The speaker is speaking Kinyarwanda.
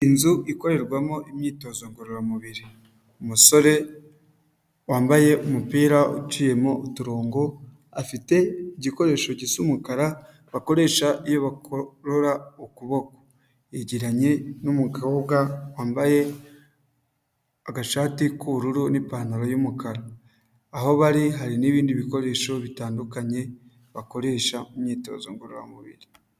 Inzu ikorerwamo imyitozo ngororamubiri, umusore wambaye umupira uciyemo uturongo afite igikoresho cyisuumukara bakoresha iyo bagorora ukuboko, yegeranye n'umukobwa wambaye agashati k'ubururu n'ipantaro y'umukara. Aho bari hari n'ibindi bikoresho bitandukanye bakoresha imyitozo ngororamubiri.